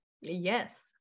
Yes